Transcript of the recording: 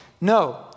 No